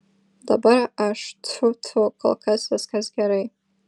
dabar aš tfu tfu kol kas viskas gerai